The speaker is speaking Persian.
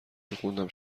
میخوندم